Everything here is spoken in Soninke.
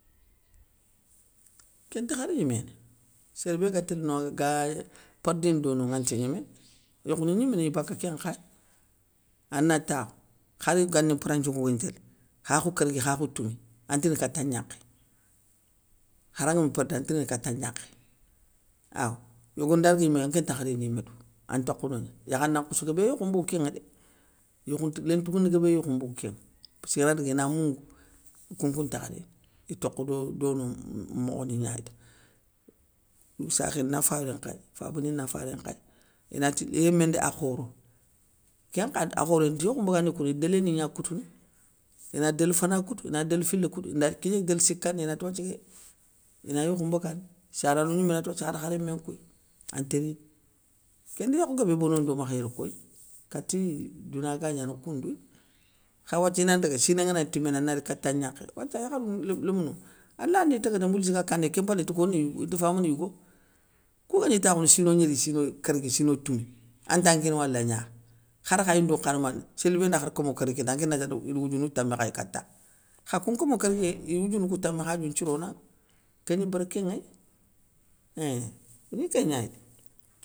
Kén ntakhari gnéméné, sérbé gatélé no ga perdini dono anta gnéméné, yokhou ni gnimé yé bakka kén nkhaya, ana takhou khar gani mpranthinko ngagni télé khakhou kérgui khakhou toumi, anta rini kata gnakhé, khara ngama perdi anta rini kata gnakhé, awaa, yogo nda guir yimé anké ntakha rini yimé dou, an ntokho no gna, yakhana nkhousso guébé yokhou mbogou kénŋa dé, yékhounte léntougouné guébé yokhou mbogou kénŋa, passki gana daga ina moungou, ikounkou ntakha rini, itokho do dono mokhoni gnay ta. Sakhé na faré nkhay, fabani na faré nkhay, i rémé ndé a khoro kén nkha akhoro inta yokhou mbagandini koundou, ini délil ni gna koutoune, ina délil fana nkoutou, ina délil fila nkoutou, inda kigné délil sikandi inati wathia ké, ina yokhou mbagandi, sarano gnimé nati, wathia khade kha rémé kouyi, ante rini, kéni yokhou guébé bonondi omkha yéré koy kati douna ga gnana koundouye. Kha wathiaa inan ndaga siné nganagni timéné anari kata gnakhé, wathia yakharou lémounou ala ndi tagadé mboulissa ga kaniya, kén mpalé inta korni yigo inta famana yigo. Kou guégni takhounou sino gnéri, sino kergui sino toumi, anta nkina wala a gnakhé, khar khayindou nkhana mané, séli bé nda khar komo kérgui kita ankén nda ta idi woudiounou tami khay katanŋa, kha koun nkomo kérguiyéy iy woudiounou kou tami khadiou nthironanŋa, kéni bérké nŋéy einnnn ogni kéngnaydé.